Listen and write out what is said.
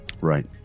Right